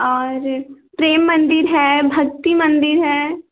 और प्रेम मंदिर है भक्ति मंदिर है